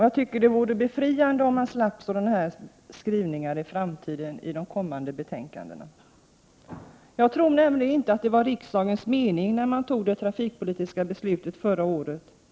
Jag tycker att det vore befriande om vi kunde få slippa sådana skrivningar i de kommande betänkandena i framtiden. Jag tror nämligen inte att det var meningen att man skulle agera så när riksdagen fattade det trafikpolitiska beslutet förra året.